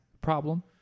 problem